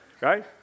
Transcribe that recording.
right